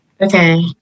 Okay